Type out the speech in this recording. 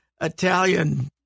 Italian